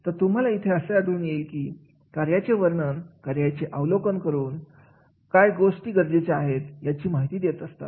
तर तुम्हाला इथे असे आढळून येईल की कार्याचे वर्णन कार्याचे अवलोकन करून काय गोष्टी गरजेच्या आहेतयाची माहिती देत असतात